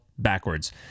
Backwards